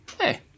hey